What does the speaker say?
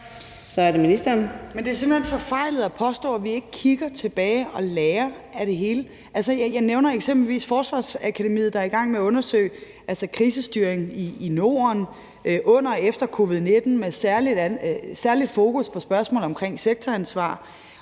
Det er simpelt hen forfejlet at påstå, at vi ikke kigger tilbage og lærer af det hele. Jeg nævner eksempelvis Forsvarsakademiet, der er i gang med at undersøge krisestyringen i Norden under og efter covid-19 med særligt fokus på spørgsmålet omkring sektoransvar.